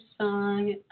song